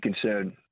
concern